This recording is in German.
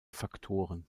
faktoren